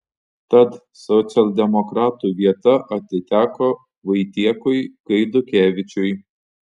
tad socialdemokratų vieta atiteko vaitiekui gaidukevičiui